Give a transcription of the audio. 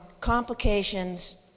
Complications